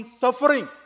suffering